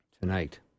tonight